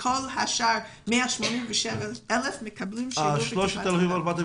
וכל ה-187,000 מקבלים שירות בטיפת חלב.